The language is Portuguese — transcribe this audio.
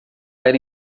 era